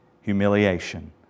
humiliation